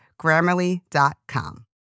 Grammarly.com